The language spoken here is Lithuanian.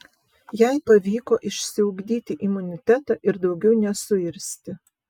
jai pavyko išsiugdyti imunitetą ir daugiau nesuirzti